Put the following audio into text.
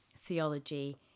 theology